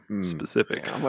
specific